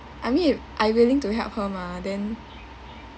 I mean I willing to help her mah then